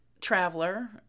traveler